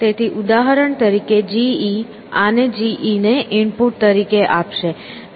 તેથી ઉદાહરણ તરીકે GE આને GE ને ઇનપુટ તરીકે આપશે G G સાથે શું કરવું છે